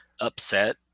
upset